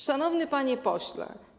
Szanowny Panie Pośle!